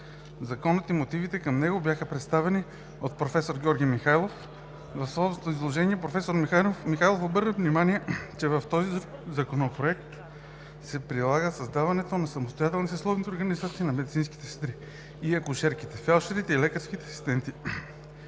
Законопроектът и мотивите към него бяха представени от професор Георги Михайлов. В своето изложение професор Михайлов обърна внимание, че с този законопроект се предлага създаването на самостоятелни съсловни организации на медицинските сестри, акушерките, фелдшерите и лекарските асистенти,